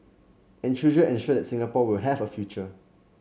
and children ensure that Singapore will have a future